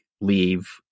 leave